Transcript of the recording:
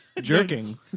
Jerking